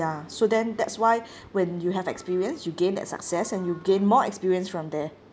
so then that's why when you have experience you gain that success and you gain more experience from there